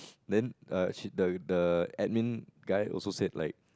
then err she the the admin guy also said like